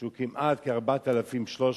שהוא כ-4,300,